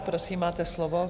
Prosím, máte slovo.